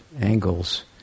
angles